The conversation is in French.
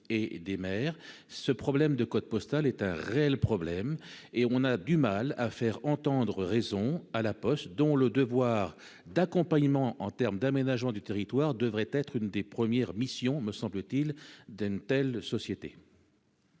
et des mères ce problème de code postal est un réel problème et on a du mal à faire entendre raison à La Poste, dont le devoir d'accompagnement en termes d'aménagement du territoire devrait être une des premières missions, me semble-t-il, d'une telle société.